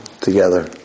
together